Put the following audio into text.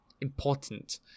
important